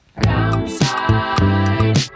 Downside